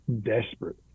desperate